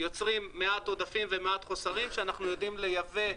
יוצרים מעט עודפים ומעט חוסרים שאנחנו יודעים לייבא,